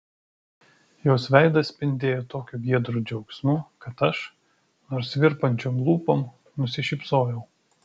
jos veidas spindėjo tokiu giedru džiaugsmu kad aš nors virpančiom lūpom nusišypsojau